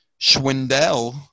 Schwindel